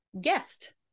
guest